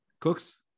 Cooks